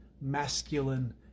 masculine